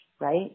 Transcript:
right